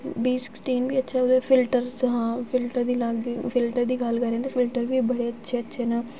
बी sixteen बी अच्छा ऐ ओह्दे फिल्टर हां फिल्टर दी अलग फिल्टर दी गल्ल करचै तां फिल्टर बी बड़े अच्छे अच्छे न